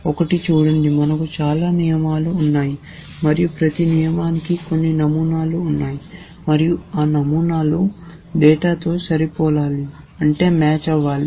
ఒకటి చూడండి మనకు చాలా నియమాలు ఉన్నాయి మరియు ప్రతి నియమానికి కొన్ని నమూనాలు ఉన్నాయి మరియు ఆ నమూనాలు డేటాతో సరిపోలాలి